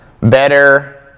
Better